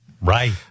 Right